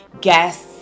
guests